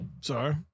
Sorry